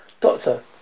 Doctor